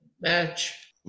match